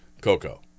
Coco